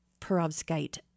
perovskite